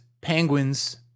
penguins